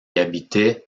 habitaient